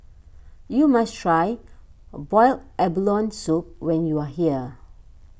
you must try Boiled Abalone Soup when you are here